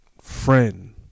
friend